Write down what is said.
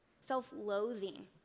self-loathing